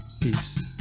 peace